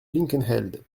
linkenheld